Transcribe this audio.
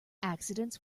accidents